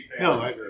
No